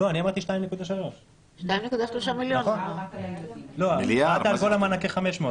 אני אמרתי 2.3. דיברת על כל מענקי ה-500,